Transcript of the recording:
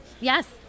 Yes